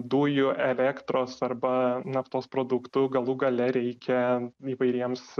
dujų elektros arba naftos produktų galų gale reikia įvairiems